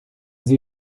sie